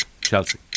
Chelsea